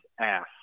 ass